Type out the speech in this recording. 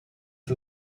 ist